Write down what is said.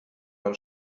man